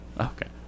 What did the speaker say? Okay